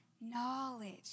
knowledge